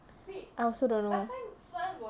I also don't know